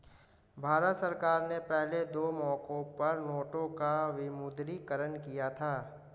भारत सरकार ने पहले दो मौकों पर नोटों का विमुद्रीकरण किया था